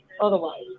otherwise